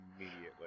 immediately